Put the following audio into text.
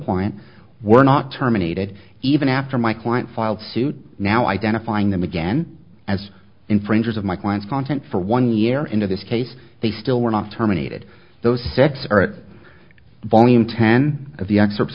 ant were not terminated even after my client filed suit now identifying them again as infringers of my client's content for one year into this case they still were not terminated those six are it volume ten of the excerpts